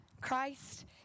Christ